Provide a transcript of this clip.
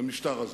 במשטר הזה.